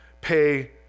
pay